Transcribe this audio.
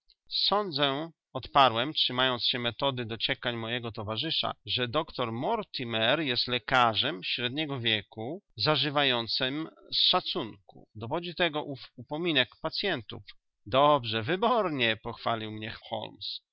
sądzę odparłem trzymając się metody dociekań mojego towarzysza że doktor mortimer jest lekarzem średniego wieku zażywającym szacunku dowodzi tego ów upominek pacyentów dobrze wybornie pochwalił mnie